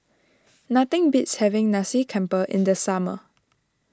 nothing beats having Nasi Campur in the summer